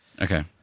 Okay